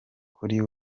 kuri